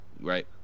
right